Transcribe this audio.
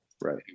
right